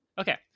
Okay